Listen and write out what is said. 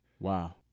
Wow